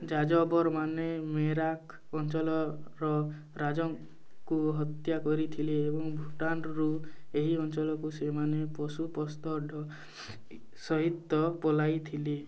ଯାଯାବରମାନେ ମେରାକ ଅଞ୍ଚଲର ରାଜାଙ୍କୁ ହତ୍ୟା କରିଥିଲେ ଏବଂ ଭୁଟାନରୁ ଏହି ଅଞ୍ଚଳକୁ ସେମାନେ ପଶୁପସ୍ତ ସହିତ ପଲାଇଥିଲେ